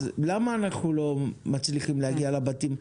למה אנחנו לא מצליחים להגיע לבתים?